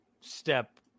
step